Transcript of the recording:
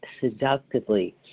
seductively